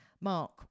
Mark